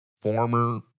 former